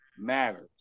matters